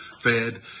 fed